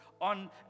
on